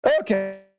Okay